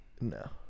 No